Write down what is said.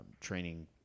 training